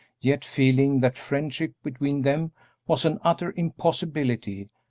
yet feeling that friendship between them was an utter impossibility,